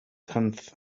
tenth